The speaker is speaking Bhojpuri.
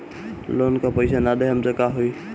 लोन का पैस न देहम त का होई?